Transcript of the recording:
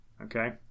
Okay